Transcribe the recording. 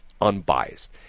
unbiased